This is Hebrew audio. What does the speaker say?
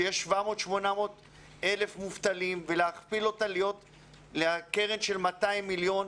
שיש 700-800 אלף מובטלים לקרן של 200 מיליון.